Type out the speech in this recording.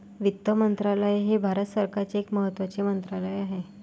वित्त मंत्रालय हे भारत सरकारचे एक महत्त्वाचे मंत्रालय आहे